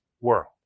world